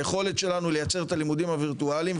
היכולת שלנו לייצר את הלימודים הווירטואליים,